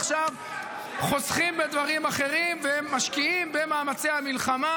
עכשיו חוסכים בדברים אחרים ומשקיעים במאמצי המלחמה.